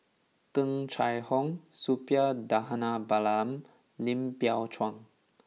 Tung Chye Hong Suppiah Dhanabalan and Lim Biow Chuan